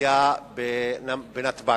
וכנסייה בנתב"ג.